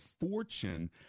Fortune